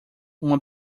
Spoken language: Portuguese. uma